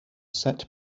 set